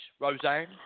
Roseanne